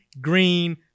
Green